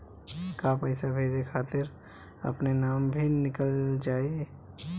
का पैसा भेजे खातिर अपने नाम भी लिकल जाइ?